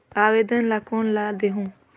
आवेदन ला कोन ला देहुं?